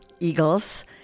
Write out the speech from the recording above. eagles